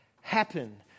happen